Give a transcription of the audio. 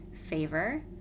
favor